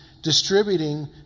Distributing